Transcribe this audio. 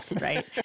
Right